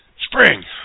Spring